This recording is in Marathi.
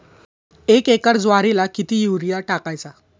एक एकर ज्वारीला किती युरिया टाकायचा?